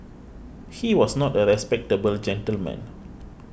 he was not a respectable gentleman